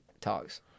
Talks